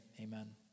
amen